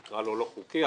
נקרא לו לא חוקי,